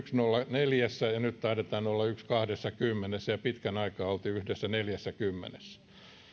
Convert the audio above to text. neljä nyt taidetaan olla yhdessä pilkku kahdessakymmenessä ja pitkän aikaa oltiin yhdessä pilkku neljässäkymmenessä